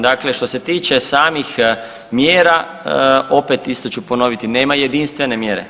Dakle, što se tiče samih mjera opet isto ću ponoviti, nema jedinstvene mjere.